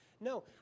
No